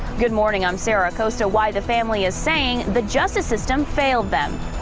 good morning, i'm sarah acosta why the family is saying the justice system failed them.